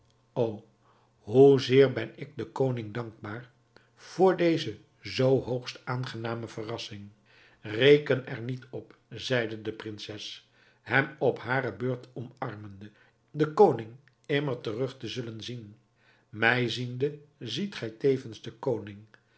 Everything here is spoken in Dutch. o hoezeer ben ik den koning dankbaar voor deze zoo hoogst aangename verrassing reken er niet op zeide de prinses hem op hare beurt omarmende den koning immer terug te zullen zien mij ziende ziet gij tevens den koning